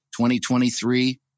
2023